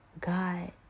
God